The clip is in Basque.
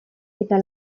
eta